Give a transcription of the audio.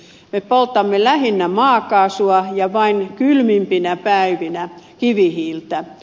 me poltamme lähinnä maakaasua ja vain kylmimpinä päivinä kivihiiltä